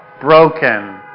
broken